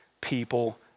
people